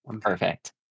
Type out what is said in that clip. Perfect